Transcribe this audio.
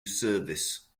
service